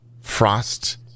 Frost